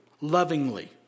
lovingly